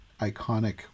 iconic